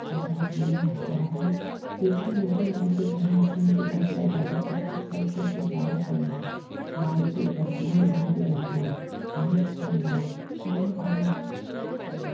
शारांत मेळना शहरांत ती तेंकून एकामेकाची घरां आसून सुद्दां शेजाऱ्यागेर किदें चलता तें शेजाऱ्याक कयणा वायटय घटना बरीय घटना कांयच कळना कोण कोणाक